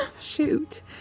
Shoot